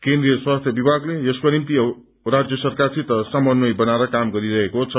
केन्द्रीय स्वास्थ्य विमागले यसको निम्ति राज्य सरकारसित समन्वय बनाएर काम गरिरहेको छ